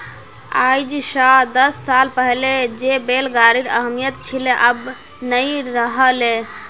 आइज स दस साल पहले जे बैल गाड़ीर अहमियत छिले अब नइ रह ले